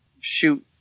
shoot